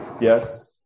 Yes